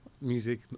music